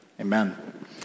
Amen